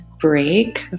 break